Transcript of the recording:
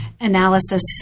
analysis